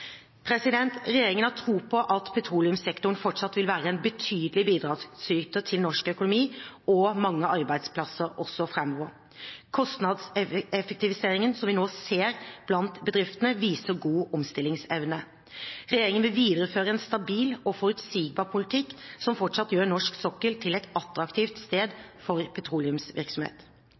Regjeringen har tro på at petroleumssektoren fortsatt vil være en betydelig bidragsyter til norsk økonomi og mange arbeidsplasser også framover. Kostnadseffektiviseringen som vi nå ser blant bedriftene, viser god omstillingsevne. Regjeringen vil videreføre en stabil og forutsigbar politikk som fortsatt gjør norsk sokkel til et attraktivt sted for petroleumsvirksomhet.